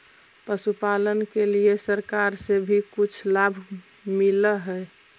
पशुपालन के लिए सरकार से भी कुछ लाभ मिलै हई?